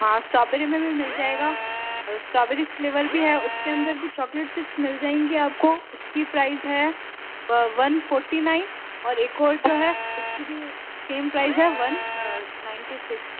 हाँ स्ट्रॉबेरी में भी मिल जाएगा स्ट्रॉबेरी फ्लेवर भी है उसके अंदर भी चॉकलेट चिप्स मिल जाएंगे आपको उसकी प्राइस है वन फॉर्टी नाइन और एक और जो है उसकी भी सेम प्राइस है वन नाइन्टी सिक्स